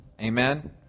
amen